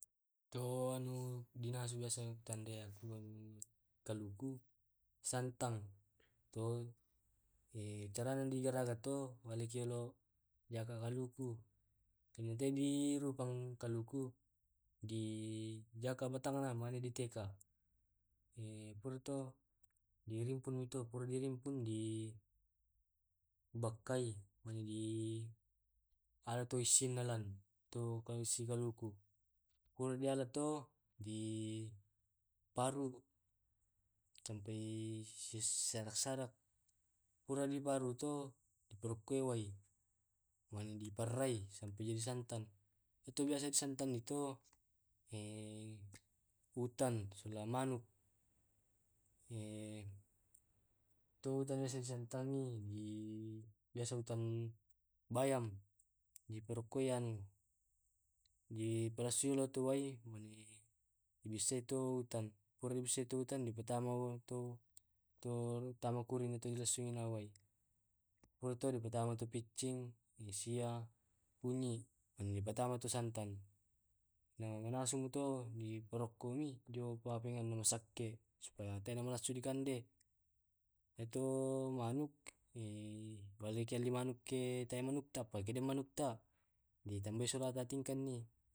Ito anu dinasu biasa tanda tu kaluku, santang atau carana digaraga to walai kiolo dijaka kaluku kane ki dirupang kaluku di jaka batanga mane di teka. purai to di rimpun mi to, purai di ringkung di bakkai, mane di to isinna lan ito isi kaluku. Kulu diala to di paru sampai si sarak sarak. Pura di paru to di parokkoi wai na di parrai, sampai jadi santan itu biasa di santan ito. utan sola manu tu utan biasa disantangi di biasa utan bayam, di parokoyan, dipalessoi to wai di bissaitu utan pura di bissai utan ma tu tu tu tama kurin dipasinasukan wai. Pura tu dipattamai tu piccing, sia, kunyi, mane tu dipatama tu santan. Na manasu mi to di parokkomi, dio papangi sakke supaya dena na massu dikande ato manuk, parelluki alli manuk kalo teai manuk ta pa kede manukta di tambai sulata tingkengi.